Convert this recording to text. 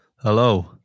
Hello